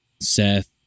Seth